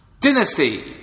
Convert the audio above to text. Dynasty